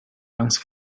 angst